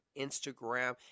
Instagram